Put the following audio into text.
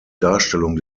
darstellung